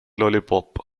lollipop